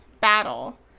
battle